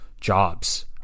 jobs